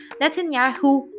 Netanyahu